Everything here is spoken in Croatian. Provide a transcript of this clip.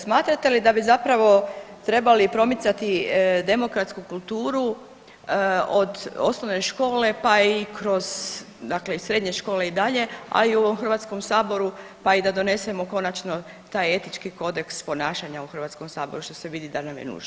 Smatrate li da bi zapravo trebali promicati demokratsku kulturu od osnovne škole, pa i kroz dakle i srednje škole i dalje, a i u ovom Hrvatskom saboru pa i da donesemo konačno taj etički kodeks ponašanja u Hrvatskom saboru što se vidi da nam je nužno.